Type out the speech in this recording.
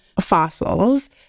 fossils